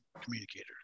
communicator